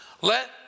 let